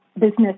business